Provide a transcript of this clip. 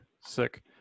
sick